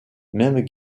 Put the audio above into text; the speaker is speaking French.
même